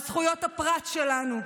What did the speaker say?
על זכויות הפרט שלנו?